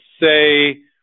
say